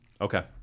Okay